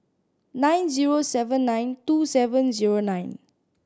nine zero seven nine two seven zero nine